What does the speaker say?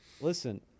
listen –